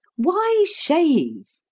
why shave?